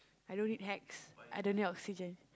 I don't need hacks I don't need oxygen